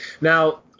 Now